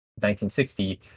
1960